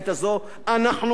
אנחנו באנו לכאן,